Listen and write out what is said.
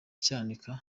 cyanika